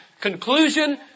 Conclusion